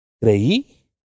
Creí